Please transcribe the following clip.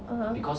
(uh huh)